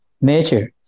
nature